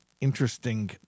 interesting